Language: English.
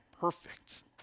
perfect